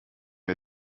wir